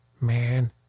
man